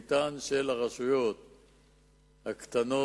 מרבית הרשויות הקטנות.